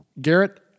Garrett